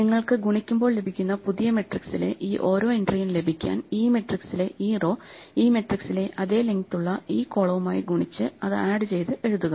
നിങ്ങൾക്ക് ഗുണിക്കുമ്പോൾ ലഭിക്കുന്ന പുതിയ മെട്രിക്സിലെ ഈ ഓരോ എൻട്രിയും ലഭിക്കാൻ ഈ മെട്രിക്സിലെ ഈ റോ ഈ മെട്രിക്സിലെ അതേ ലെങ്ത് ഉള്ള ഈ കോളവുമായി ഗുണിച്ച് അത് ആഡ് ചെയ്ത് എഴുതുക